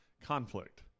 conflict